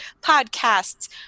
podcasts